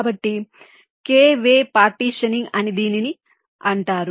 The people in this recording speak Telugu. కాబట్టి k వే పార్టీషనింగ్ అని దీనిని అంటారు